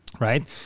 right